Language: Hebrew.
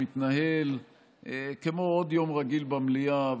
מתנהל כמו עוד יום רגיל במליאה.